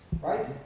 right